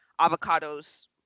avocados